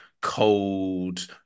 cold